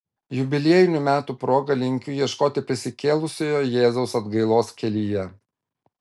jubiliejinių metų proga linkiu ieškoti prisikėlusiojo jėzaus atgailos kelyje